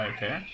Okay